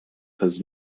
has